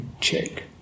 check